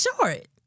short